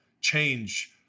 change